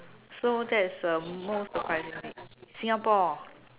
so that is the most surprising thing Singapore